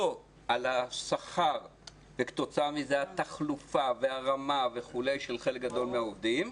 לא על השכר וכתוצאה מזה התחלופה והרמה וכו' של חלק גדול מהעובדים,